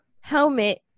helmet